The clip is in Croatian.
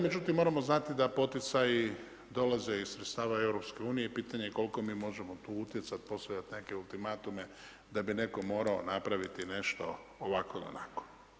Međutim, moramo znati da poticaji dolaze iz sredstava EU i pitanje je koliko mi možemo utjecati postaviti neke ultimatume, da bi netko morao napraviti nešto ovako ili onako.